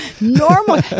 Normal